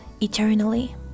eternally